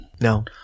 No